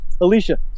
Alicia